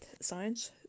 science